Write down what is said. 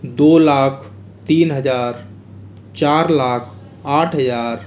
दो लाख तीन हजार चार लाख आठ हजार